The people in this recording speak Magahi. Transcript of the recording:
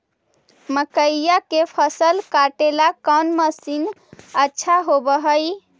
मकइया के फसल काटेला कौन मशीन अच्छा होव हई?